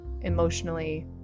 emotionally